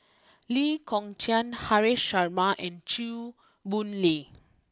Lee Kong Chian Haresh Sharma and Chew Boon Lay